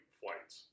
flights